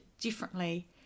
differently